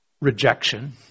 Rejection